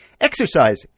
Exercise